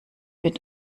mit